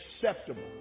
acceptable